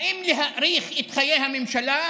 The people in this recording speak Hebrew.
האם להאריך את חיי הממשלה,